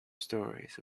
stories